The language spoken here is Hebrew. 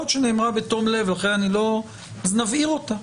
להיות שנאמרה בתום לב אז נבהיר אותה.